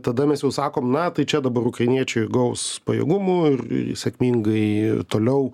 tada mes jau sakom na tai čia dabar ukrainiečiai gaus pajėgumų ir sėkmingai toliau